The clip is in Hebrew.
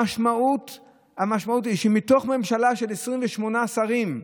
המשמעות היא שמתוך ממשלה של 28 שרים,